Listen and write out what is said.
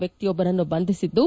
ವ್ಯಕ್ತಿಯೊಬ್ಬನನ್ನು ಬಂಧಿಸಿದ್ದು